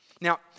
Now